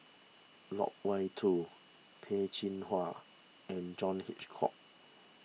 Loke Wan Tho Peh Chin Hua and John Hitchcock